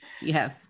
Yes